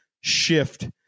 shift